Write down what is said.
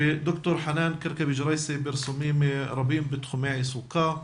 לד"ר חנאן כרכבי-ג'ראייסי פרסומים רבים בתחומי עיסוקה,